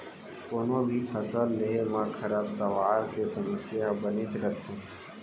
कोनों भी फसल लेहे म खरपतवार के समस्या ह बनेच रथे